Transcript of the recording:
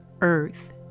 earth